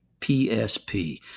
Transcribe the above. PSP